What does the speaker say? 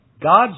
God's